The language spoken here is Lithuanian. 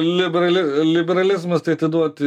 liberali liberalizmas tai atiduoti